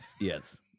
Yes